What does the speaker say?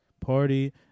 Party